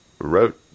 wrote